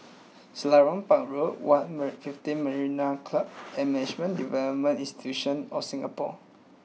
Selarang Park Road One Fifteen Marina Club and Management Development institute of Singapore